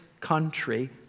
country